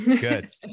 Good